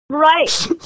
Right